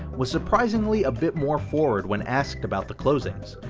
was surprisingly a bit more forward when asked about the closings,